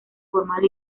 formal